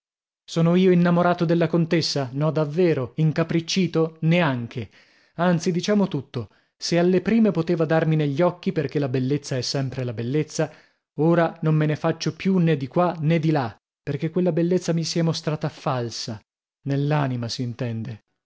sono io innamorato della contessa no davvero incapriccito neanche anzi diciamo tutto se alle prime poteva darmi negli occhi perchè la bellezza è sempre la bellezza ora non me ne faccio più nè di qua nè di là perchè quella bellezza mi si è mostrata falsa nell'anima s'intende